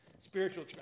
Spiritual